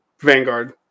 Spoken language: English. Vanguard